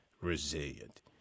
resilient